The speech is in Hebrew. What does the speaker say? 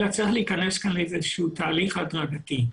אלא צריך להיכנס כאן לאיזשהו תהליך הדרגתי.